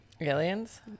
aliens